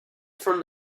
from